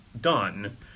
done